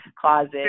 closet